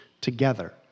together